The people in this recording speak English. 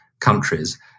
countries